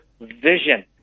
vision